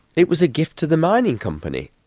it was a gift to the mining company.